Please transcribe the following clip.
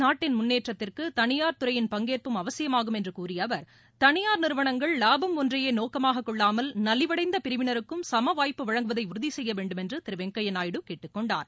நாட்டின் முன்னேற்றத்துக்கு தனியார் துறையின் பங்கேற்பும் அவசியமாகும் என்று கூறிய அவர் தனியார் நிறுவனங்கள் லாபம் ஒன்றையே நோக்கமாகக் கொள்ளாமல் நலிவடைந்த பிரிவினருக்கும் சம வாய்ப்பு வழங்குவதை உறுதி செய்ய வேண்டும் என்று திரு வெங்கையா நாயுடு கேட்டுக் கொண்டார்